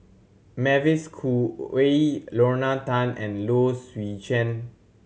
Mavis Khoo Oei Lorna Tan and Low Swee Chen